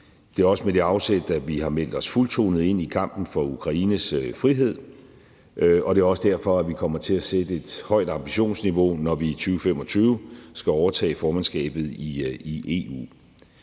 det er også med det afsæt, at vi har meldt os fuldtonet ind i kampen for Ukraines frihed, og det er også derfor, at vi kommer til at sætte et højt ambitionsniveau, når vi i 2025 skal overtage formandskabet i EU.